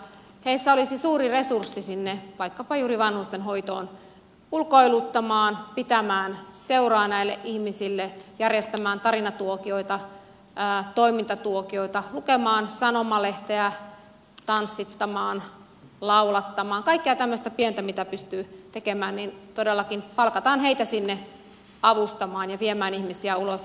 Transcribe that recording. heissä olisi suuri resurssi vaikkapa juuri sinne vanhusten hoitoon ulkoiluttamaan pitämään seuraa näille ihmisille järjestämään tarinatuokioita toimintatuokioita lukemaan sanomalehteä tanssittamaan laulattamaan kaikkeen tämmöiseen pieneen mitä pystyy tekemään joten todellakin palkataan heitä sinne avustamaan ja viemään ihmisiä ulos